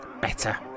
better